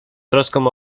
troską